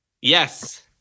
yes